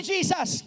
Jesus